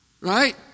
Right